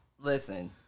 Listen